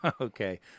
Okay